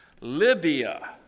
Libya